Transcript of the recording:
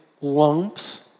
lumps